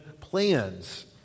plans